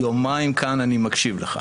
אני יומיים כאן ואני מקשיב לך.